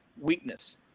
weakness